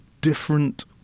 different